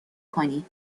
کنید